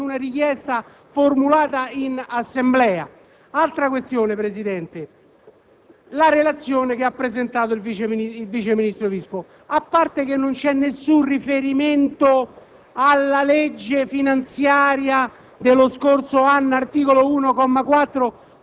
che l'Assemblea e le Commissioni possano chiedere che il Presidente della Camera inviti il CNEL a compiere studi e indagini previa definizione dell'oggetto e della finalità; i risultati di tali studi e indagini sono stampati e distribuiti non appena trasmessi dal CNEL. Siamo pertanto nella fattispecie di una richiesta